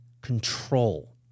Control